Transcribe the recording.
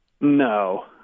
No